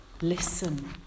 Listen